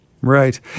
Right